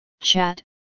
chat